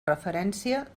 referència